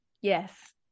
yes